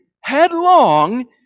headlong